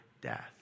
death